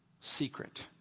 secret